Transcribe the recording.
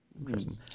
interesting